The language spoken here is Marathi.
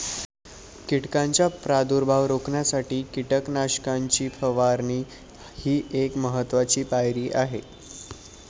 कीटकांचा प्रादुर्भाव रोखण्यासाठी कीटकनाशकांची फवारणी ही एक महत्त्वाची पायरी आहे